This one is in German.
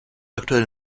aktuell